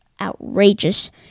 outrageous